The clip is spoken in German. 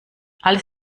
alles